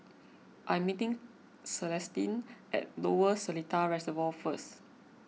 I am meeting Celestine at Lower Seletar Reservoir first